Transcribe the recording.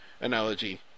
analogy